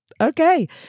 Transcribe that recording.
okay